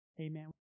Amen